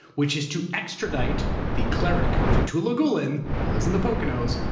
which is to extradite the cleric fethullah gulen, who lives in the poconos,